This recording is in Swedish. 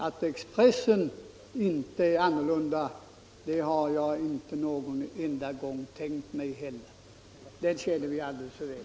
Att Expressen skulle vara annorlunda har jag inte någon enda gång tänkt mig. Den känner vi alldeles för väl.